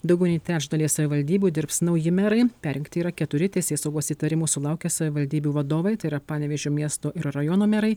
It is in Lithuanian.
daugiau nei trečdalyje savivaldybių dirbs nauji merai perrinkti yra keturi teisėsaugos įtarimų sulaukę savivaldybių vadovai tai yra panevėžio miesto ir rajono merai